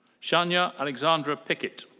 shania alexandra pickett.